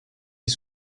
les